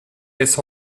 laisse